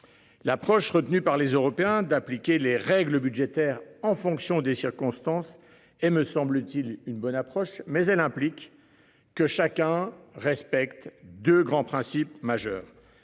L'approche retenue par les Européens d'appliquer les règles budgétaires en fonction des circonstances et me semble-t-il, une bonne approche. Mais elle implique que chacun respecte de grands principes majeurs.